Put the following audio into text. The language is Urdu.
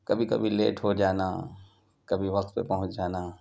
کبھی کبھی لیٹ ہو جانا کبھی وقت پہ پہنچ جانا